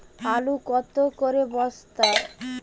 আলু কত করে বস্তা?